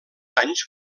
anys